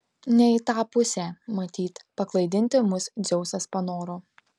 ne į tą pusę matyt paklaidinti mus dzeusas panoro